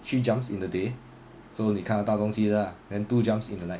three jumps in the day so 你看得到东西的 lah then two jumps in the night